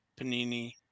Panini